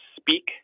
speak